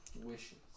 Wishes